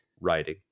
writing